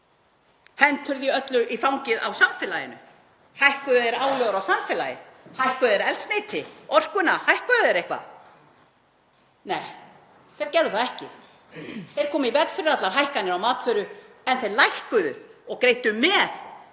Hentu þeir því öllu í fangið á samfélaginu? Hækkuðu þeir álögur á samfélagið? Hækkuðu þeir eldsneyti, orkuna? Hækkuðu þeir eitthvað? Nei, þeir gerðu það ekki. Þeir komu í veg fyrir allar hækkanir á matvöru en þeir lækkuðu og greiddu með